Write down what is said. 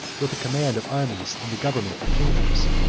with the command of armies and the government of kingdoms.